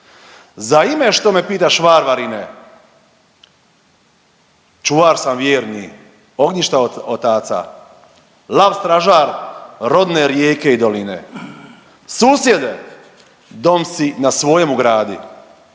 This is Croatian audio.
Za ime što me pitaš varvarine? Čuvar sam vjerni ognjišta od otaca, lav stražar rodne rijeke i doline. Susjede dom si na svojemu gradi,